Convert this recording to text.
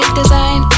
design